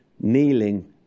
kneeling